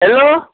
hello